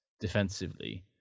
defensively